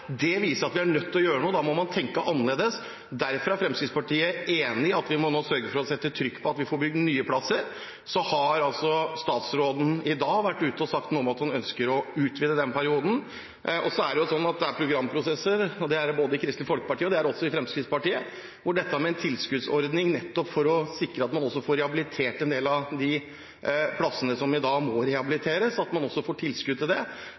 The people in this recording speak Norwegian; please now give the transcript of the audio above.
Det viser at vi er nødt til å gjøre noe, og da må vi tenke annerledes. Derfor er Fremskrittspartiet enig i at vi nå må sørge for å sette trykk på at vi får bygd nye plasser. Statsråden har i dag sagt noe om at han ønsker å utvide den perioden. Så er det sånn at det er programprosesser, og det er det både i Kristelig Folkeparti og i Fremskrittspartiet – bl.a. om en tilskuddsordning nettopp for å sikre at man også får rehabilitert en del av de plassene som i dag må rehabiliteres. Her mener jeg at man klarer å få til